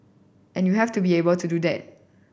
and you have to be able to do that